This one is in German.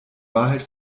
wahrheit